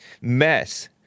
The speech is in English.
mess